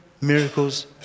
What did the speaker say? miracles